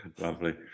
Lovely